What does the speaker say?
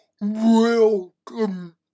Welcome